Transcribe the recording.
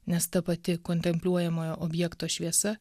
nes ta pati kontempliuojamojo objekto šviesa